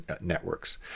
networks